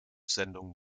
sendungen